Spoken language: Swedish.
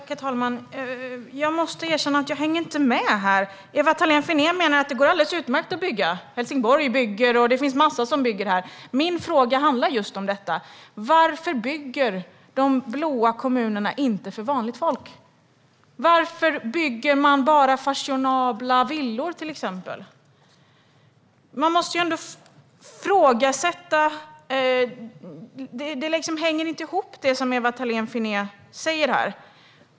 Herr talman! Jag måste erkänna att jag inte hänger med här. Ewa Thalén Finné säger att det går alldeles utmärkt att bygga. Helsingborg bygger, och det finns en massa som bygger. Min fråga handlar just om detta. Varför bygger de blå kommunerna inte för vanligt folk? Varför bygger man bara till exempel fashionabla villor? Det hänger inte ihop, det som Ewa Thalén Finné säger här.